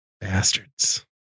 bastards